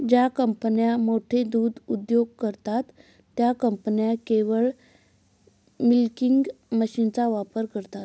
ज्या कंपन्या मोठे दूध उद्योग करतात, त्या कंपन्या केवळ मिल्किंग मशीनचा वापर करतात